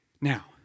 Now